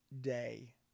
day